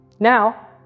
Now